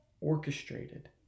orchestrated